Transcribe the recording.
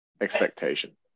expectation